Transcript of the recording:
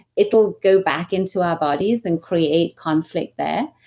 it'll go back into our bodies and create conflict there.